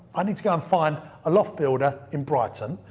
i need to go and find a loft builder in brighton,